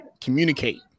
communicate